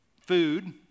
food